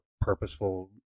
purposeful